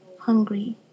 hungry